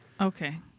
Okay